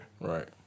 Right